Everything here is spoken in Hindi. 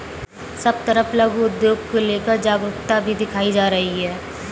सब तरफ लघु उद्योग को लेकर जागरूकता भी दिखाई जा रही है